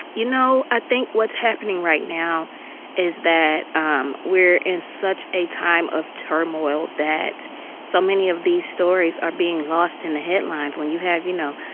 you know, i think what's happening right now is that um we're in such a time of turmoil that so many of these stories are being lost in the headlines. when you have, you know,